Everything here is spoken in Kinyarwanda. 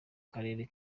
karere